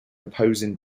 opposing